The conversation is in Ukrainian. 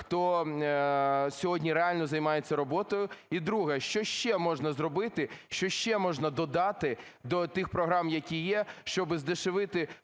хто сьогодні реально займається роботою. І друге. Що ще можна зробити, що ще можна додати до тих програм, які є, щоби здешевити